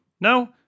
No